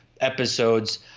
episodes